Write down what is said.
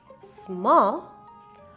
small